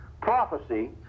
prophecy